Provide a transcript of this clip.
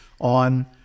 on